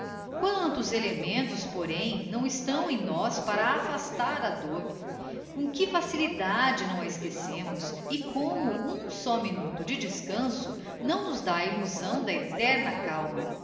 tufão quantos elementos porém não estão em nós para afastar a dôr com que facilidade não a esquecemos e como um só minuto de descanço não nos dá a illusão da eterna calma